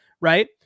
right